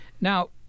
Now